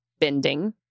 bending